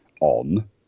on